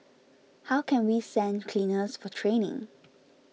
how can we send cleaners for training